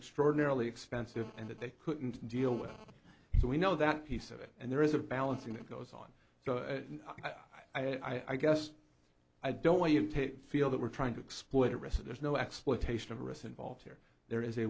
extraordinarily expensive and that they couldn't deal with so we know that piece of it and there is a balancing that goes on so i guess i don't want you to feel that we're trying to exploit rissa there's no exploitation of risk involved here there is a